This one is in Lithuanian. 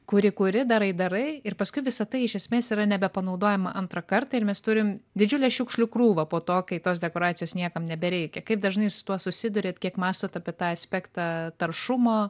kuri kuri darai darai ir paskui visa tai iš esmės yra nebepanaudojama antrą kartą ir mes turim didžiulę šiukšlių krūvą po to kai tos dekoracijos niekam nebereikia kaip dažnai su tuo susiduriat kiek mąstot apie tai aspektą taršumo